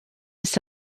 ist